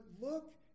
look